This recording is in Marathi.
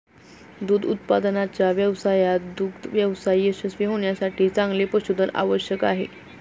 दूध उत्पादनाच्या व्यवसायात दुग्ध व्यवसाय यशस्वी होण्यासाठी चांगले पशुधन आवश्यक आहे